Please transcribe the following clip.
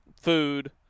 food